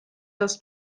das